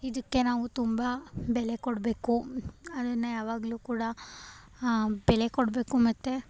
ಇದಕ್ಕೆ ನಾವು ತುಂಬ ಬೆಲೆ ಕೊಡಬೇಕು ಅದನ್ನೇ ಯಾವಾಗಲೂ ಕೂಡ ಬೆಲೆ ಕೊಡಬೇಕು ಮತ್ತು